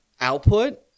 output